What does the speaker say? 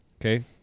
Okay